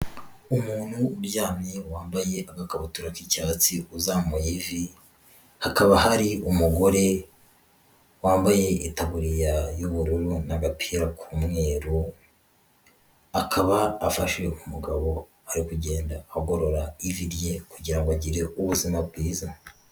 Umuntu uryamye wambaye agakabutura k'icyatsi uzamuye ivi, hakaba hari umugore wambaye itaburiya y'ubururu n'agapira k'umweru, akaba afashe umugabo ari kugenda agorora ivi rye kugira ngo agire ubuzima bwiza.